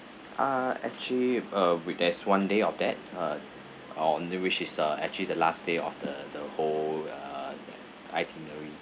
ah actually uh with there's one day of that uh on the which is uh actually the last day of the the whole uh itinerary